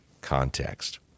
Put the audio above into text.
context